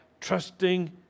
trusting